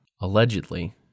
Allegedly